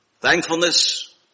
thankfulness